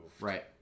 Right